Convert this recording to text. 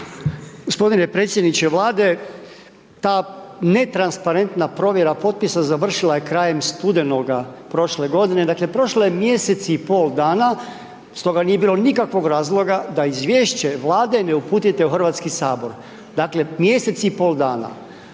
Gospodine predsjedniče Vlade, ta netransparentna provjera potpisa završila je krajem studenoga prošle godine. Dakle, prošlo je mjesec i pol dana, stoga nije bilo nikakvog razloga da izvješće Vlade ne uputite u HS. Dakle, mjesec i pol dana.